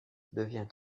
devient